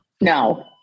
no